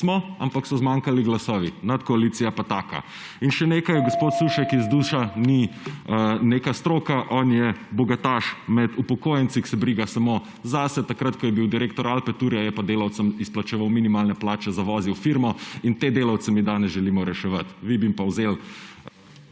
Smo, ampak so zmanjkali glasovi. Nadkoalicija pa taka! In še nekaj, gospod Sušnik iz ZDUS ni neka stroka, on je bogataš med upokojenci, ki se briga samo zase. Ko je bil direktor Alpetoura, je pa delavcem izplačeval minimalne plače in zavozil firmo; in te delavce mi danes želimo reševati, vi bi jim pa vzeli